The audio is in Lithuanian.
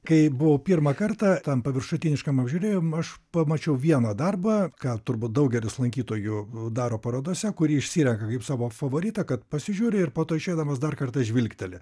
kai buvau pirmą kartą tam paviršutiniškam apžiūrėjime aš pamačiau vieną darbą ką turbūt daugelis lankytojų daro parodose kurį išsirenka savo favoritą kad pasižiūri ir po to išeidamas dar kartą žvilgteli